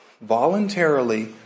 voluntarily